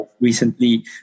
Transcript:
recently